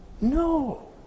No